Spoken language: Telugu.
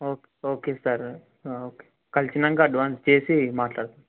ఓకే ఓకే సార్ ఓకే కలిశాక అడ్వాన్స్ ఇచ్చేసి మాట్లాడతాను